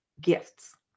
gifts